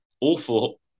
awful